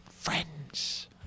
friends